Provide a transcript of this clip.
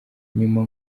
nyuma